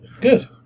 Good